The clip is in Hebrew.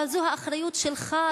אבל זו האחריות שלך,